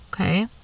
okay